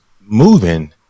moving